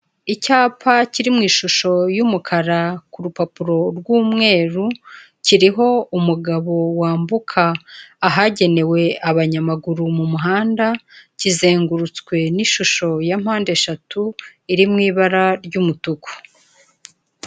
Icyapa kiri mu ishusho y'umukara ku rupapuro rw'umweru kiriho umugabo wambuka ahagenewe abanyamaguru mu muhanda kizengurutswe n'ishusho ya mpande eshatu iri mu ibara ry'umutuku.